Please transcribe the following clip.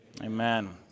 Amen